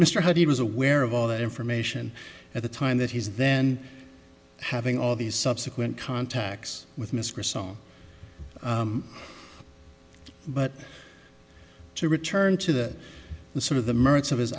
mr hardy was aware of all that information at the time that he's then having all these subsequent contacts with mr song but to return to the the sort of the merits of his